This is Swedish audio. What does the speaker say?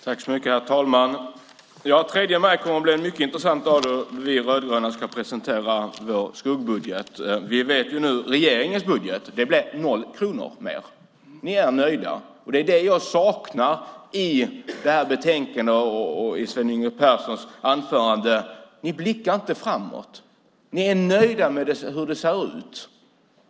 Herr talman! Ja, den 3 maj kommer att bli en mycket intressant dag då vi rödgröna ska presentera vår skuggbudget. Vi vet ju nu att i regeringens budget blir det noll kronor mer. Ni är nöjda. Det jag saknar i det här betänkandet och i Sven Yngve Perssons anförande är framåtblickande. Ni är nöjda med hur det ser ut.